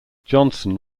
johnson